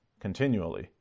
continually